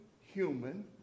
human